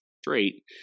straight